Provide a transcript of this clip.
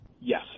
Yes